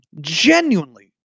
Genuinely